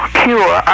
cure